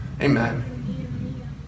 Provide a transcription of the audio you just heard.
Amen